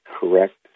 correct